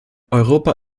europa